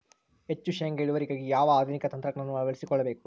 ಹೆಚ್ಚು ಶೇಂಗಾ ಇಳುವರಿಗಾಗಿ ಯಾವ ಆಧುನಿಕ ತಂತ್ರಜ್ಞಾನವನ್ನು ಅಳವಡಿಸಿಕೊಳ್ಳಬೇಕು?